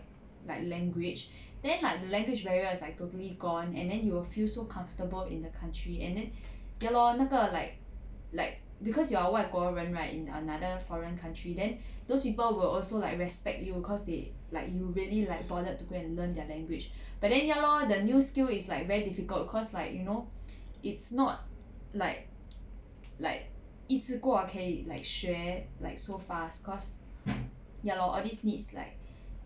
like language then like language barrier is like totally gone and then you will feel so comfortable in the country and then ya lor 那个 like like cause you're 外国人 right in another foreign country then those people will also like respect you cause they like you really like bothered to go and learn their language but then ya lor the new skill is like very difficult cause like you know it's not like like 一次过可以 like 学 like so fast cause ya lor all these needs like